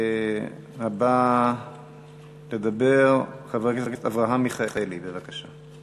הבא לדבר, חבר הכנסת אברהם מיכאלי, בבקשה.